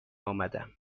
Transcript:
آمدم